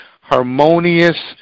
harmonious